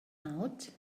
out